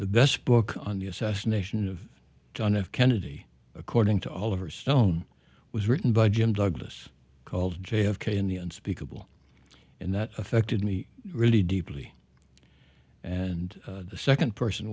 the best book on the assassination of john f kennedy according to all of her stone was written by jim douglas called j f k and the unspeakable and that affected me really deeply and the second person